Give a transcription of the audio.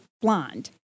blonde